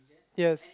yes